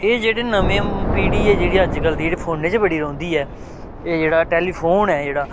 एह् जेह्ड़े नमें पीढ़ी ऐ जेह्ड़ी अज्जकल दी जेह्ड़े फोनै च बड़ी रौंह्दी ऐ एह् जेह्ड़ा टैलीफोन ऐ जेह्ड़ा